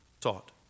taught